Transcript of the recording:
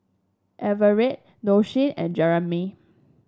Everett Doshie and Jeramie